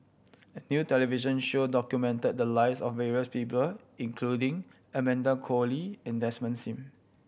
a new television show documented the lives of various people including Amanda Koe Lee and Desmond Sim